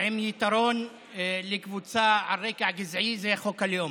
עם יתרון לקבוצה על רקע גזעי, זה חוק הלאום.